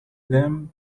them